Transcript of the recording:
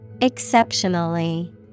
Exceptionally